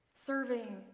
Serving